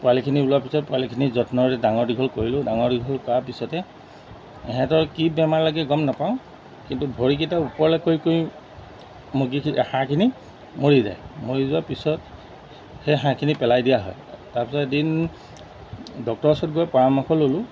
পোৱালিখিনি ওলোৱাৰ পিছত পোৱালিখিনি যত্নৰে ডাঙৰ দীঘল কৰিলোঁ ডাঙৰ দীঘল কৰাৰ পিছতে ইহঁতৰ কি বেমাৰ লাগে গম নাপাওঁ কিন্তু ভৰিকেইটা ওপৰলৈ কৰি কৰি মুৰ্গীখিনি হাঁহখিনি মৰি যায় মৰি যোৱাৰ পিছত সেই হাঁহখিনি পেলাই দিয়া হয় তাৰপিছত এদিন ডক্টৰ ওচৰত গৈ পৰামৰ্শ ল'লোঁ